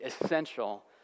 essential